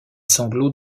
sanglots